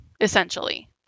essentially